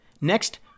Next